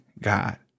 God